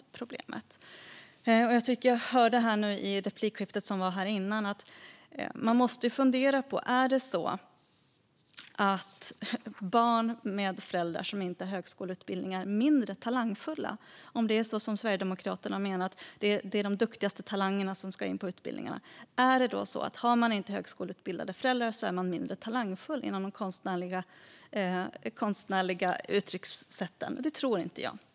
Jag hörde replikskiftet som var här innan och undrar om det är så att barn med föräldrar som inte har högskoleutbildningar är mindre talangfulla. Sverigedemokraterna menar att det är de duktigaste talangerna som ska in på utbildningarna. Är man då mindre talangfull i de konstnärliga uttryckssätten om man har föräldrar som inte är högskoleutbildade? Det tror inte jag.